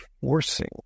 forcing